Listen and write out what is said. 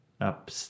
up